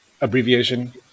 abbreviation